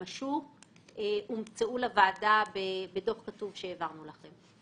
השוק הומצאו לוועדה בדוח כתוב שהעברנו לכם.